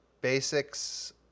basics